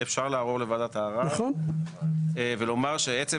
אפשר לערור לוועדת הערר ולומר שעצם